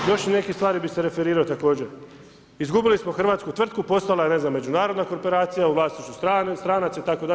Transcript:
Još na neke stvari bih se referirao također, izgubili smo hrvatsku tvrtku, postala je ne znam međunarodna korporacija u vlasništvu strane itd.